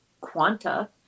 quanta